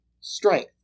strength